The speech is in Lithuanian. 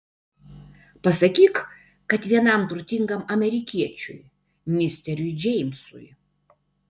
pasakyk kad vienam turtingam amerikiečiui misteriui džeimsui